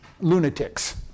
lunatics